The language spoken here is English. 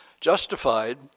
Justified